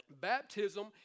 Baptism